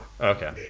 okay